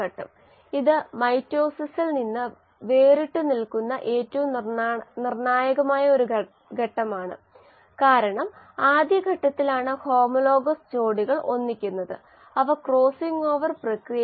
അന്നജം സെല്ലുലോസും lignocellulosic വസ്തുക്കളും ഗ്ലൂക്കോസിന് നല്ലൊരു ബദലാണ് അന്നജവും സെല്ലുലോസും ഇതിനകം വളരെയധികം ഉപയോഗിച്ചു ഗ്ലൂക്കോസ് ലഭിക്കുന്നതിന് ലിഗ്നോ സെല്ലുലോസിക് വസ്തുക്കളുടെ ഉപയോഗത്തിൽ ധാരാളം ഗവേഷണങ്ങൾ നടക്കുന്നു